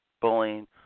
bullying